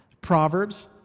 Proverbs